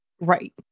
Right